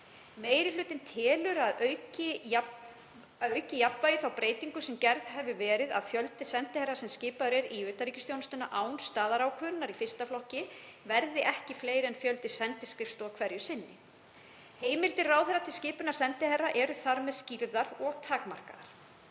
Meiri hlutinn telur að auki jákvæða þá breytingu sem gerð hefur verið að fjöldi sendiherra sem skipaðir eru í utanríkisþjónustunni án staðarákvörðunar í 1. flokki verði ekki fleiri en fjöldi sendiskrifstofa hverju sinni. Heimildir ráðherra til skipunar sendiherra eru þar með skýrðar og takmarkaðar.